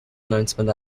announcement